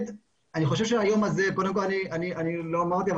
לא אמרתי,